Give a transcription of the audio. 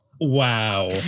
Wow